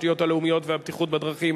התשתיות הלאומיות והבטיחות בדרכים,